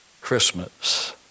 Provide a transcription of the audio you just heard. Christmas